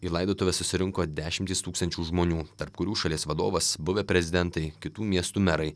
į laidotuves susirinko dešimtys tūkstančių žmonių tarp kurių šalies vadovas buvę prezidentai kitų miestų merai